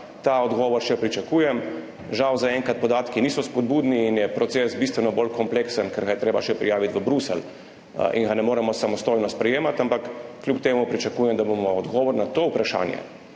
Ta odgovor še pričakujem. Žal zaenkrat podatki niso spodbudni in je proces bistveno bolj kompleksen, ker ga je treba še prijaviti v Bruselj in ga ne moremo samostojno sprejemati. Ampak kljub temu pričakujem, da bomo odgovor na vprašanje,